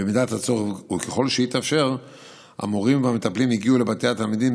במידת הצורך וככל שהתאפשר המורים והמטפלים הגיעו לבתי התלמידים,